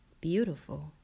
beautiful